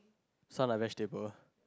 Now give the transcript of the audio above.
so are like vegetable